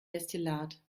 destillat